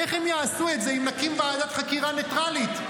איך הם יעשו את זה אם נקים ועדת חקירה ניטרלית,